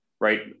right